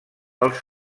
els